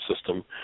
system